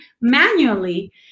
manually